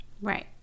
right